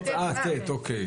התשפ"ב.